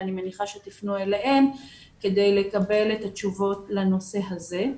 אני מניחה שתפנו אליהם כדי לקבל תשובות לנושא הזה.